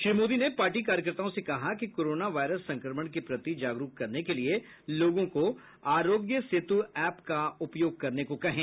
श्री मोदी ने पार्टी कार्यकर्ताओं से कहा कि कोरोना वायरस संक्रमण के प्रति जागरूक करने के लिए लोगों को आरोग्य सेतु ऐप का उपयोग करने को कहे